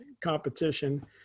competition